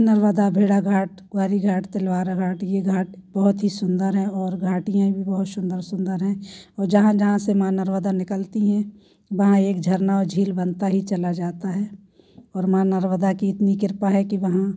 नर्मदा बेड़ा घाट क्वारी घाट तलवारा घाट ये घाट बहुत ही सुंदर है और घाटियाँ भी बहुत सुंदर सुंदर हैं और जहाँ जहाँ से माँ नर्मदा निकलती हैं वहाँ एक झरना औ झील बनता ही चला जाता है और माँ नर्मदा की इतनी कृपा है कि वहाँ